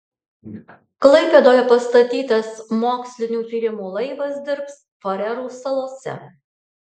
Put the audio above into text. klaipėdoje pastatytas mokslinių tyrimų laivas dirbs farerų salose